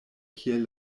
kiel